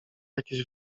jakieś